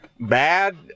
Bad